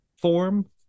form